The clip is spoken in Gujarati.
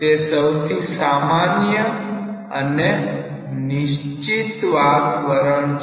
તે સૌથી સામાન્ય અને નિશ્ચિત વાત તારણ છે